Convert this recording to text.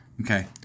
Okay